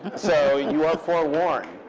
so you are forewarned.